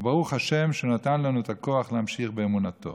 וברוך השם שהוא נתן לנו את הכוח להמשיך באמונתו.